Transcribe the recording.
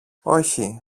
όχι